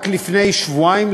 רק לפני שבועיים,